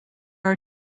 are